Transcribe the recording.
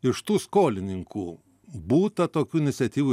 iš tų skolininkų būta tokių iniciatyvų